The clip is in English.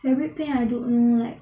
fabric paint I don't know like